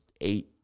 eight